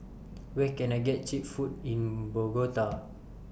Where Can I get Cheap Food in Bogota